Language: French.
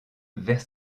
vers